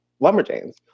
Lumberjanes